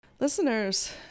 Listeners